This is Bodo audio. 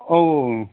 औ औ